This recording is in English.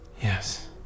Yes